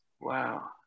Wow